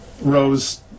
Rose